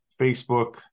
Facebook